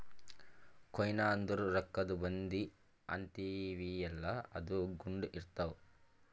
coin ಅಂದುರ್ ರೊಕ್ಕಾದು ಬಂದಿ ಅಂತೀವಿಯಲ್ಲ ಅದು ಗುಂಡ್ ಇರ್ತಾವ್